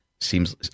Seems